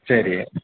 சரி